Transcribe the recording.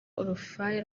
urufaya